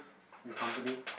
your company